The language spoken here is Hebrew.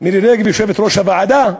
מירי רגב, יושבת-ראש הוועדה,